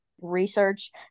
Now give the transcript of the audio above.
research